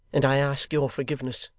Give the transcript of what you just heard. and i ask your forgiveness